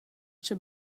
cha